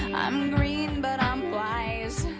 i'm green, but i'm wise.